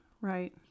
Right